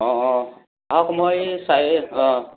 অঁ অঁ আহক মই চাৰি অঁ